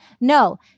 No